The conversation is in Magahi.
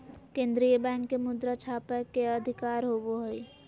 केन्द्रीय बैंक के मुद्रा छापय के अधिकार होवो हइ